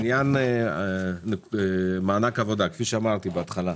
לעניין מענק עבודה כפי שאמרתי בהתחלה,